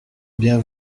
bien